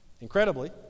Incredibly